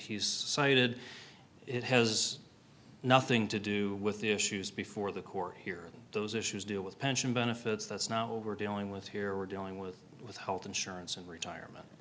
he's cited it has nothing to do with the issues before the court here those issues deal with pension benefits that's not what we're dealing with here we're dealing with with health insurance and retirement